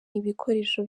ibikoresho